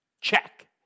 Check